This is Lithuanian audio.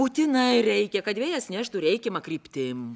būtinai reikia kad vėjas neštų reikiama kryptim